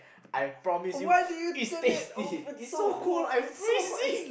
I promise you it's tasty it's so cold I'm freezing